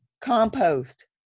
compost